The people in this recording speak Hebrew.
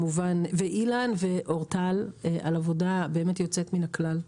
אילן ואורטל על עבודה באמת יוצאת מן הכלל.